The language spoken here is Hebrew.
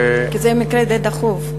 כי זה מקרה די דחוף.